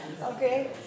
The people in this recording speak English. Okay